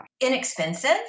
Inexpensive